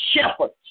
shepherds